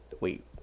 Wait